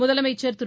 முதலமைச்சர் திரு